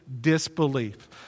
disbelief